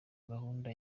gahunda